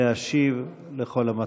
להשיב לכל המציעים.